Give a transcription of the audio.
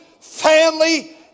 family